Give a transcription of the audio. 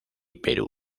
perú